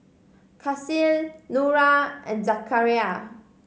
Kasih Nura and Zakaria